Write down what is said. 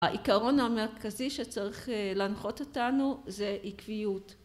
העיקרון המרכזי שצריך להנחות אותנו זה עקביות